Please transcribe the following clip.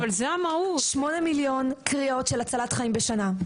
8 מיליון קריאות של הצלת חיים בשנה.